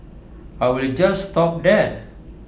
I will just stop there